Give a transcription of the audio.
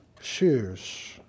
shoes